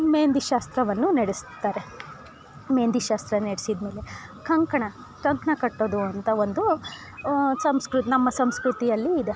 ಮೆಹಂದಿ ಶಾಸ್ತ್ರವನ್ನು ನಡೆಸ್ತಾರೆ ಮೆಹಂದಿ ಶಾಸ್ತ್ರ ನಡ್ಸಿದಮೇಲೆ ಕಂಕಣ ಕಂಕಣ ಕಟ್ಟೋದು ಅಂತ ಒಂದು ಸಂಸ್ಕೃ ನಮ್ಮ ಸಂಸ್ಕೃತಿಯಲ್ಲಿ ಇದೆ